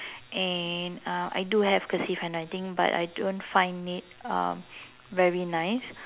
and uh I do have cursive handwriting but I don't find it um very nice